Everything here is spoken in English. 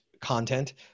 content